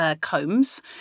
combs